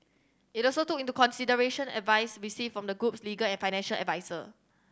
it also took into consideration advice received from the group's legal and financial adviser